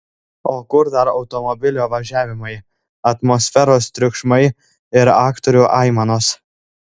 o kur dar automobilio važiavimai atmosferos triukšmai ir aktorių aimanos